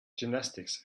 gymnastics